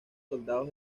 soldados